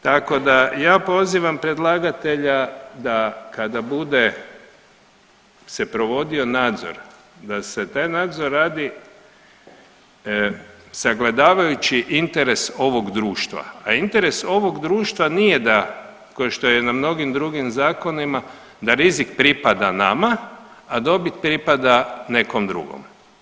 Tako da ja pozivam predlagatelja da kada bude se provodio nadzor da se taj nadzor radi sagledavajući interes ovog društva, a interes ovog društva nije da košto je na mnogim drugim zakonima da rizik pripada nama, a dobit pripada nekom drugom.